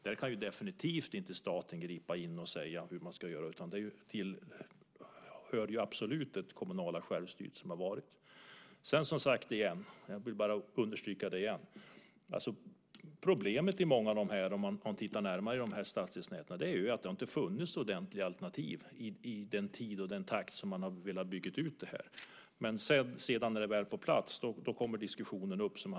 Där kan definitivt inte staten gripa in och säga hur man ska göra, utan det hör absolut till det kommunala självstyret. Jag vill understryka igen att problemet om man tittar närmare på stadsdelsnäten är att det inte har funnits ordentliga alternativ i den tid och den takt som man var velat bygga ut det här. När det väl är på plats kommer diskussionen upp.